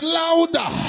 louder